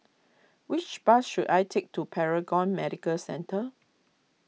which bus should I take to Paragon Medical Centre